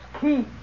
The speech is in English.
Key